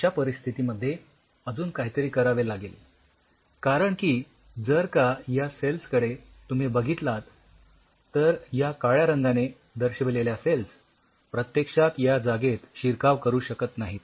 अश्या परिस्थितीमध्ये अजून काहीतरी करावे लागेल कारण की जर का या सेल्स कडे तुम्ही बघितलात तर या काळ्या रंगाने दर्शविलेल्या सेल्स प्रत्यक्षात या जागेत शिरकाव करू शकत नाहीत